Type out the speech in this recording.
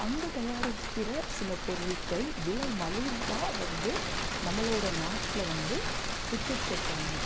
அங்கே தயாரிக்கின்ற சில பொருட்கள் விலை மலிவாக வந்து நம்மளோடய நாட்டில வந்து வித்துகிட்ருக்காங்க